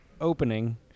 opening